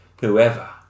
whoever